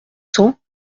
cents